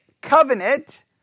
covenant